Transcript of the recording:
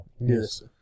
Yes